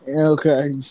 Okay